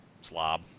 slob